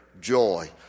joy